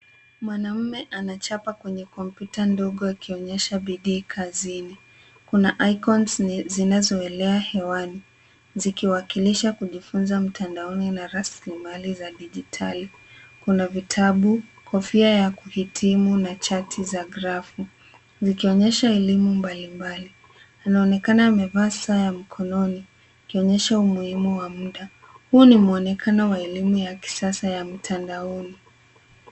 Mwanaume anachapa kwenye komputa ndogo akionyesha bidii kazini. Kuna icons zinazoelea hewani zikiwakilisha kujifunza mtandaoni na raslimali za dijitali. Kuna vitabu, kofia ya kuhitimu na chati za grafu zikionyesha elimu mbali mbali. Anaonekana amevaa saa ya mkononi ikionyesha umuhimu wa muda. Huu ni mwonekano wa elimu ya kisasa ya mtandaoni.